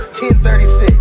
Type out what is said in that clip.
10.36